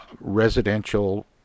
residential